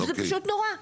וזה פשוט נורא.